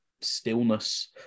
stillness